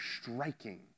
striking